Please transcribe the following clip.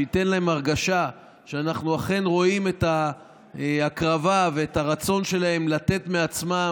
שייתן להם הרגשה שאנחנו אכן רואים את ההקרבה ואת הרצון שלהם לתת מעצמם.